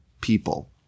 people